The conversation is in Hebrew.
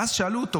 ואז שאלו אותו,